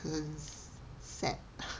很 sad